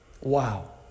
Wow